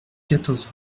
quatorze